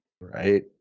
right